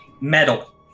metal